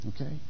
Okay